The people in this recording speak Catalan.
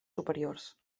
superiors